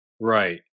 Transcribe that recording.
Right